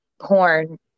porn